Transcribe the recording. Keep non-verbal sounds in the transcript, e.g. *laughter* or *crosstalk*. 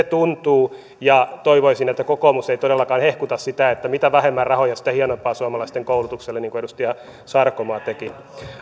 *unintelligible* tuntuu ja toivoisin että kokoomus ei todellakaan hehkuta sitä että mitä vähemmän rahoja sitä hienompaa suomalaisten koulutukselle niin kuin edustaja sarkomaa teki